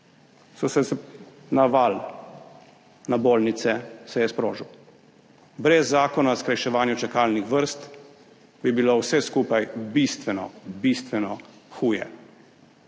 naval na bolnice sprožil. Brez Zakona o skrajševanju čakalnih vrst bi bilo vse skupaj bistveno, bistveno huje,